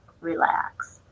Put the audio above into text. relax